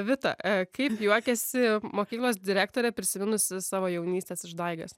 vita kaip juokiasi mokyklos direktorė prisiminusi savo jaunystės išdaigas